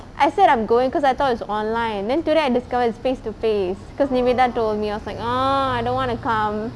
I said I'm going because I thought it's online then today I discovered it's face to face because niveda told me I was like ah I don't want to come